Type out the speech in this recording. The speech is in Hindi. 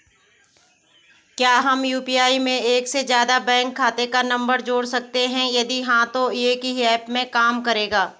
क्या हम यु.पी.आई में एक से ज़्यादा बैंक खाते का नम्बर जोड़ सकते हैं यदि हाँ तो एक ही ऐप में काम करेगा?